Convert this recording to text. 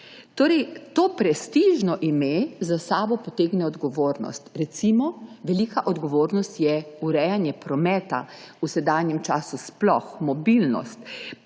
Torej, to prestižno ime za sabo potegne odgovornost. Recimo velika odgovornost je urejanje prometa v sedanjem času, sploh mobilnost